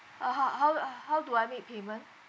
uh ha~ how uh how do I make payment